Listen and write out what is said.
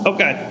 Okay